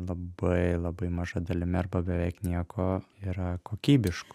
labai labai maža dalimi arba beveik nieko yra kokybiško